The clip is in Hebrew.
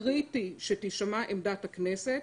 קריטי שתשמע עמדת הכנסת.